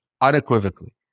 unequivocally